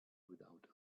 without